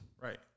Right